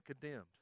condemned